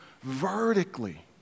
vertically